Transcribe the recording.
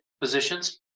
positions